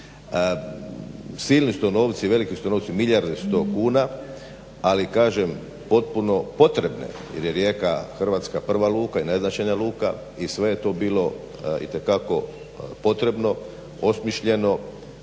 Silni su to novci, veliki su to novci, milijarde su to kuna. Ali kažem potpuno potrebne jer je Rijeka hrvatska prva luka i najznačajnija luka i sve je to bilo itekako potrebno, osmišljeno